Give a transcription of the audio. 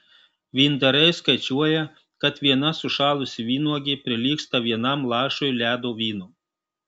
vyndariai skaičiuoja kad viena sušalusi vynuogė prilygsta vienam lašui ledo vyno